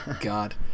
God